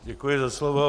Děkuji za slovo.